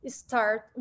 start